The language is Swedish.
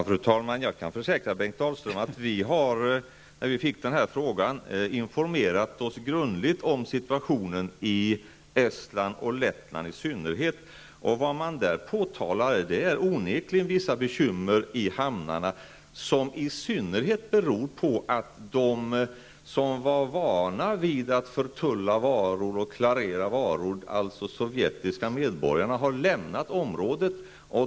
Fru talman! Jag kan försäkra Bengt Dalström om att vi, när vi fick den här frågan, informerade oss grundligt om situationen i Estland och, i synnerhet, i Lettland. Vad man där har påtalat är onekligen vissa bekymmer i hamnarna, som främst beror på att de som tidigare var vana vid att förtulla och klarera varor, alltså sovjetiska medborgare, nu har lämnat området.